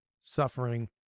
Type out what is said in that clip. suffering